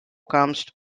comest